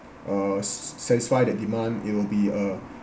uh s~ s~ satisfy the demand it will be uh